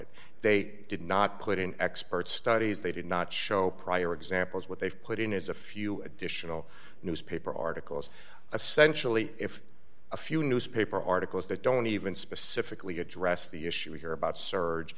it they did not put in expert studies they did not show prior examples but they've put in as a few additional newspaper articles essentially if a few newspaper articles that don't even specifically address the issue we hear about surge